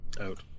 out